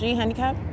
handicap